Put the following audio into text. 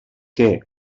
que